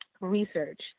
research